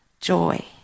joy